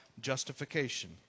justification